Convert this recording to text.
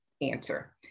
answer